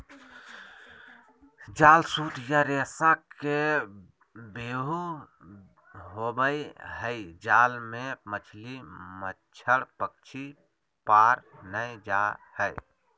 जाल सूत या रेशा के व्यूह होवई हई जाल मे मछली, मच्छड़, पक्षी पार नै जा हई